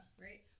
right